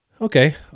okay